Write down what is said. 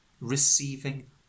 receiving